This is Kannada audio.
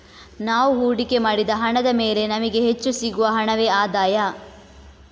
ನಾವು ಹೂಡಿಕೆ ಮಾಡಿದ ಹಣದ ಮೇಲೆ ನಮಿಗೆ ಹೆಚ್ಚು ಸಿಗುವ ಹಣವೇ ಆದಾಯ